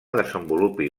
desenvolupi